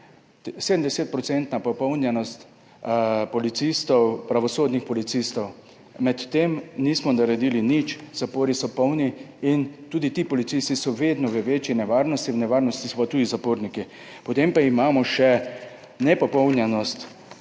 policistov, pravosodnih policistov. Med tem nismo naredili nič. Zapori so polni in tudi ti policisti so vedno v večji nevarnosti, v nevarnosti so pa tuji zaporniki. Potem pa imamo še nepopolnjenost,